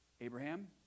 Abraham